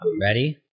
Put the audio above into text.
Ready